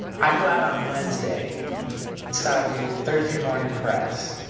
i go out on wednesday saw dude thursday morning. press.